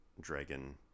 dragon